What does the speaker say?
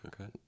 Okay